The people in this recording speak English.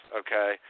okay